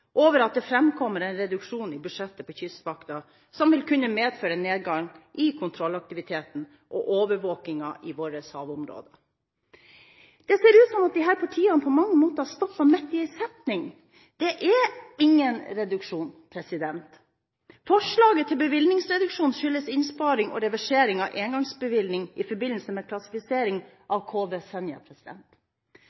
over at det framkommer en reduksjon i budsjettet for Kystvakten som vil kunne medføre en nedgang i kontrollaktiviteten og overvåkingen av våre havområder. Det ser ut som om disse partiene på mange måter har stoppet midt i en setning. Det er ingen reduksjon. Forslaget til bevilgningsreduksjon skyldes innsparing og reversering av engangsbevilgning i forbindelse med klassifisering